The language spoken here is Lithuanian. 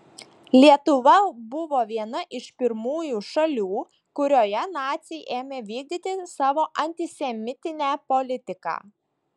lietuva buvo viena iš pirmųjų šalių kurioje naciai ėmė vykdyti savo antisemitinę politiką